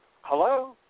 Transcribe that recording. Hello